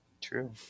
true